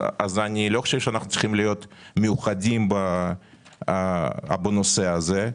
אני לא חושב שאנחנו צריכים להיות מיוחדים בנושא הזה.